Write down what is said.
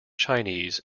chinese